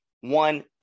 one